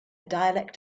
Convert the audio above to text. dialect